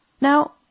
Now